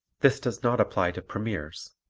this does not apply to premieres,